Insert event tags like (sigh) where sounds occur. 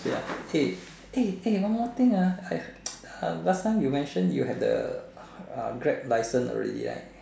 ya hey hey one more thing ah I heard (noise) last time you mention you have the uh Grab licence already right